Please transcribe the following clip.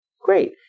Great